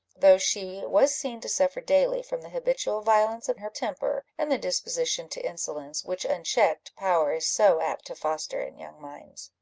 though she was seen to suffer daily from the habitual violence of her temper, and the disposition to insolence, which unchecked power is so apt to foster in young minds.